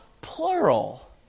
plural